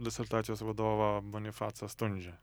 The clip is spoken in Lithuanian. disertacijos vadovą bonifacą stundžią